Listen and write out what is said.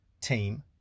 team